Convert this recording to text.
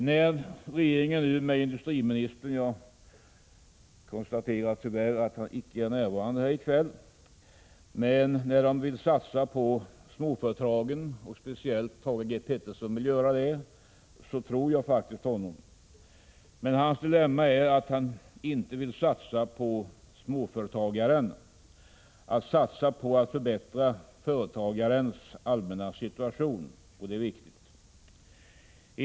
När industriminister Thage Peterson — jag konstaterar att han tyvärr icke är närvarande i kväll — vill satsa på småföretagen tror jag faktiskt honom. Men hans dilemma är att han inte vill satsa på småföretagaren, satsa på att förbättra företagarens allmänna situation, någonting som är viktigt.